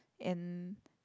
and